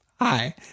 Hi